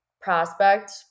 prospect